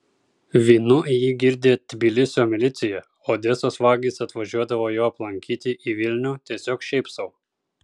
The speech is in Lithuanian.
vynu jį girdė tbilisio milicija odesos vagys atvažiuodavo jo aplankyti į vilnių tiesiog šiaip sau